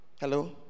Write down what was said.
Hello